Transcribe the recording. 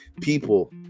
People